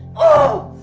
oh.